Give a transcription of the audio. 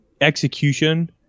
execution